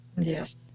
Yes